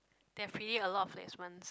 they have pretty a lot of placements